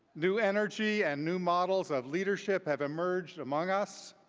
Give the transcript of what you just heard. new energy and new models of leadership have emerged among us.